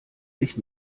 sich